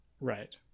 right